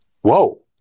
whoa